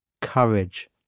courage